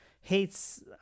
hates